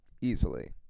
easily